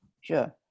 sure